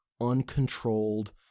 uncontrolled